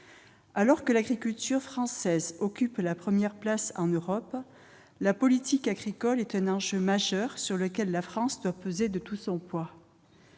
Alors que l'agriculture française occupe la première place en Europe, la politique agricole est un enjeu majeur, sur lequel la France doit peser de tout son poids.